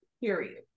Period